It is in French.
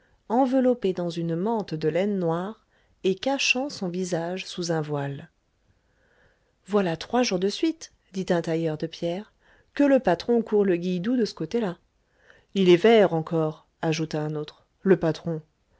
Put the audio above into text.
enveloppée dans une mante de laine noire et cachant son visage sous un voile voilà trois jours de suite dit un tailleur de pierres que le patron court le guilledou de ce côté-là il est vert encore ajouta un autre le patron